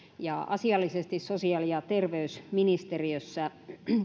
ja asiallisesti sosiaali ja terveysministeriössä